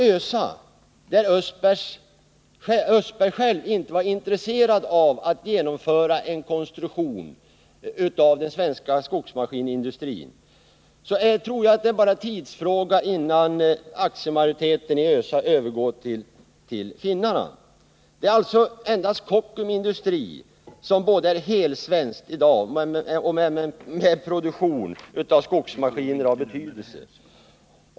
ÖSA, där Östbergs själva inte var intresserade av att genomföra en rekonstruktion av den svenska skogsmaskinindustrin — tror jag att det bara är en tidsfråga innan aktiemajoriteten i ÖSA övergår till finnarna. Det är alltså endast Kockums Industri som i dag både är helsvenskt och har en produktion av skogsmaskiner av betydelse.